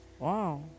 Wow